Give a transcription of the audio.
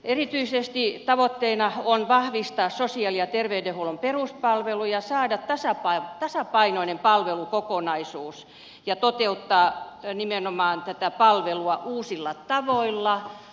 erityisesti tavoitteena on vahvistaa sosiaali ja terveydenhuollon peruspalveluja saada tasapainoinen palvelukokonaisuus ja toteuttaa nimenomaan tätä palvelua uusilla tavoilla